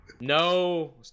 no